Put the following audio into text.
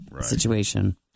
situation